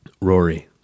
Rory